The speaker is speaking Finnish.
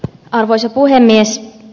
arvoisa puhemies